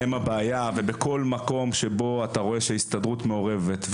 הם הבעיה, ובכל מקום שההסתדרות מעורבת,